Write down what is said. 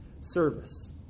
service